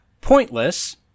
Pointless